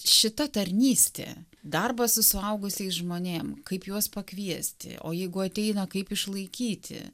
šita tarnystė darbas su suaugusiais žmonėm kaip juos pakviesti o jeigu ateina kaip išlaikyti